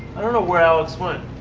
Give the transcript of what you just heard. i don't know where alex went.